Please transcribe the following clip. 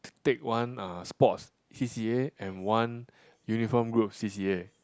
take one uh sports C_C_A and one uniform group C_C_A